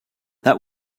that